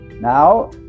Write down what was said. Now